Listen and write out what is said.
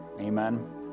Amen